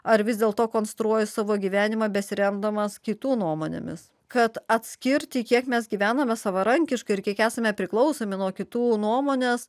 ar vis dėlto konstruoja savo gyvenimą besiremdamas kitų nuomonėmis kad atskirti kiek mes gyvename savarankiškai ir kiek esame priklausomi nuo kitų nuomonės